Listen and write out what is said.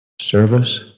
service